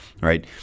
right